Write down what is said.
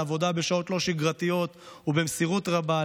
על עבודה בשעות לא שגרתיות ובמסירות רבה,